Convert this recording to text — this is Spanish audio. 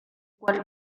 cual